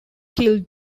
killed